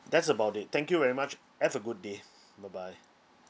that's about it thank you very much have a good day bye bye